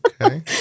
Okay